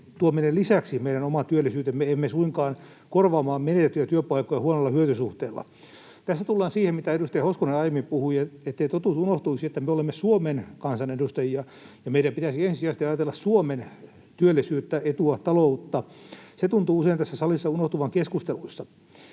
tuomme ne lisäksi meidän omaan työllisyyteemme, emme suinkaan korvaamaan menetettyjä työpaikkoja huonolla hyötysuhteella. Tässä tullaan siihen, mitä edustaja Hoskonen aiemmin puhui, ettei totuus unohtuisi, että me olemme Suomen kansanedustajia ja meidän pitäisi ensisijaisesti ajatella Suomen työllisyyttä, etua, taloutta. Se tuntuu usein tässä salissa unohtuvan keskusteluissa.